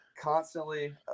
constantly